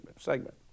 segment